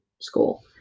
school